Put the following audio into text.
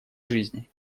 жизни